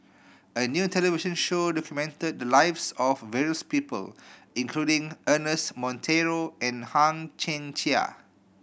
a new television show documented the lives of various people including Ernest Monteiro and Hang Chang Chieh